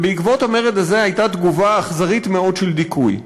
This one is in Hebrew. בעקבות המרד הזה הייתה תגובה אכזרית מאוד של דיכוי.